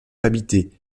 habité